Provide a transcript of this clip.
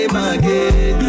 again